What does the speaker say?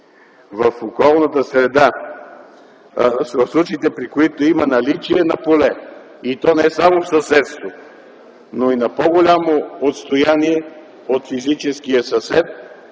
разрешение за случаите, при които има наличие на поле, и то не само в съседство, но и на по-голямо отстояние от физическия съсед.